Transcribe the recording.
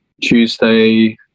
Tuesday